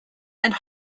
and